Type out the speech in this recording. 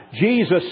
Jesus